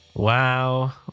Wow